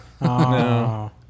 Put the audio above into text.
No